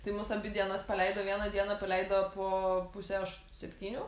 tai mus abi dienas paleido vieną dieną paleido po pusę aš septynių